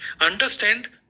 Understand